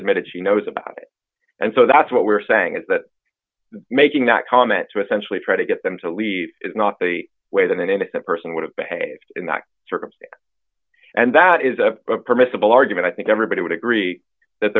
dmitted she knows about it and so that's what we're saying is that making that comment to essentially try to get them to leave is not the way that an innocent person would have behaved in that circumstance and that is a permissible argument i think everybody would agree that